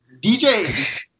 DJ